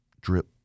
drip